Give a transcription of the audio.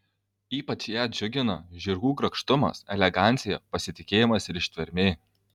ypač ją džiugina žirgų grakštumas elegancija pasitikėjimas ir ištvermė